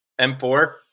M4